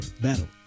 battle